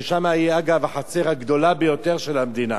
שהיא, אגב, החצר הגדולה ביותר של המדינה.